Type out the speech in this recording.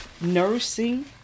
nursing